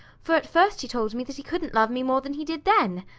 for at first he told me that he couldn't love me more than he did then.